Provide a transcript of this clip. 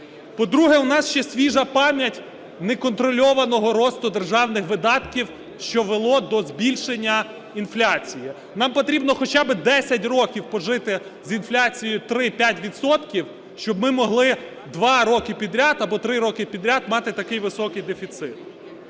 По-друге, в нас ще свіжа пам'ять неконтрольованого росту державних видатків, що вело до збільшення інфляції. Нам потрібно хоча би 10 років пожити з інфляцією 3-5 відсотків, щоб ми могли 2 роки підряд або 3 роки підряд мати такий високий дефіцит.